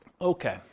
Okay